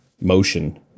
motion